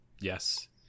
Yes